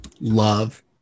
love